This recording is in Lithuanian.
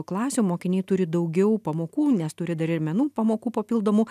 klasių mokiniai turi daugiau pamokų nes turi dar ir menų pamokų papildomų